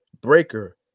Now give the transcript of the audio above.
Breaker